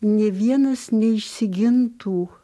nei vienas neišsigintų